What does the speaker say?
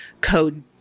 code